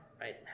right